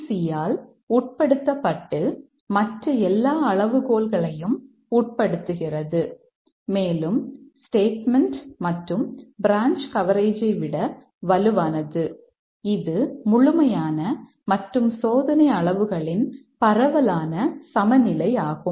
C யால் உட்படுத்தப்பட்டு மற்ற எல்லா அளவுகோல்களையும் உட்படுத்துகிறது மேலும் ஸ்டேட்மெண்ட் மற்றும் பிரான்ச் கவரேஜை விட வலுவானது இது முழுமையான மற்றும் சோதனை அளவுகளின் பரவலான சமநிலையாகும்